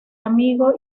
amigo